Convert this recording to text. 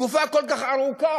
תקופה כל כך ארוכה,